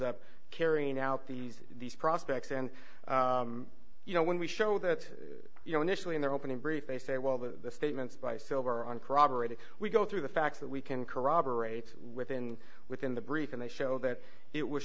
up carrying out these these prospects and you know when we show that you know initially in their opening brief they say well the statements by silver uncorroborated we go through the facts that we can corroborate within within the brief and they show that it was